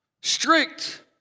strict